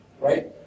right